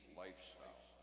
lifestyle